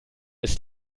ist